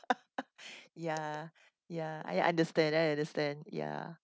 ya ya I understand I understand ya